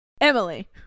Emily